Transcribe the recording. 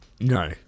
No